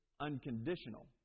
unconditional